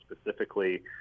specifically